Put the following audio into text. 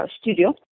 Studio